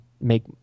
make